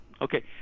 Okay